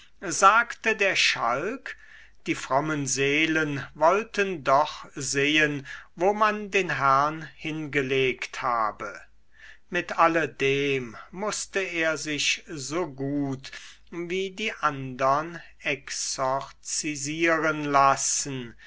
sagte der schalk die frommen seelen wollten doch sehen wo man den herrn hingelegt habe mit alledem mußte er sich so gut wie die andern exorzisieren lassen